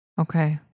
Okay